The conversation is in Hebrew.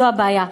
זאת הבעיה.